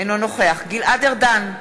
אינו נוכח גלעד ארדן,